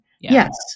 Yes